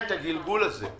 הגבוה ביותר עד 24 חודש.